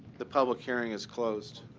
the public hearing is closed.